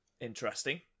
Interesting